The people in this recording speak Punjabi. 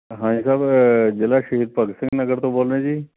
ਹਾਂਜੀ ਸਾਹਿਬ ਜ਼ਿਲ੍ਹਾ ਸ਼ਹੀਦ ਭਗਤ ਸਿੰਘ ਨਗਰ ਤੋਂ ਬੋਲ ਰਹੇ ਜੀ